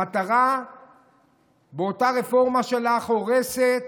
המטרה באותה רפורמה שלך הורסת